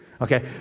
Okay